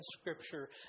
Scripture